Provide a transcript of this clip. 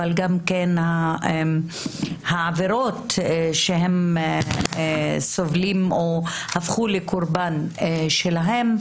אבל גם העבירות שהם סובלים או הפכו לקורבן שלהם,